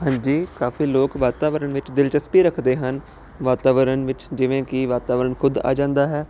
ਹਾਂਜੀ ਕਾਫੀ ਲੋਕ ਵਾਤਾਵਰਨ ਵਿੱਚ ਦਿਲਚਸਪੀ ਰੱਖਦੇ ਹਨ ਵਾਤਾਵਰਨ ਵਿੱਚ ਜਿਵੇਂ ਕਿ ਵਾਤਾਵਰਨ ਖੁਦ ਆ ਜਾਂਦਾ ਹੈ